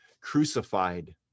crucified